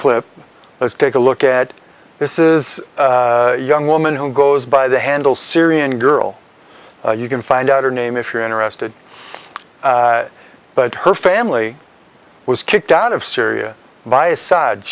clip let's take a look at this is a young woman who goes by the handle syrian girl you can find out her name if you're interested but her family was kicked out of syria by assad s